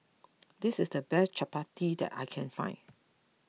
this is the best Chappati that I can find